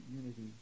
unity